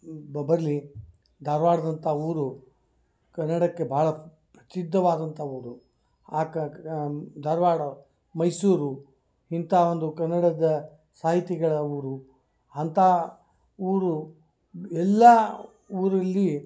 ಬ ಬರಲಿ ಧಾರವಾಡದಂತ ಊರು ಕನ್ನಡಕ್ಕೆ ಭಾಳ ಪ್ರಸಿದ್ಧವಾದಂಥ ಊರು ಆ ಕ ಧಾರವಾಡ ಮೈಸೂರು ಇಂಥ ಒಂದು ಕನ್ನಡದ ಸಾಹಿತಿಗಳ ಊರು ಅಂಥ ಊರು ಎಲ್ಲ ಊರಲ್ಲಿ